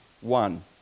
one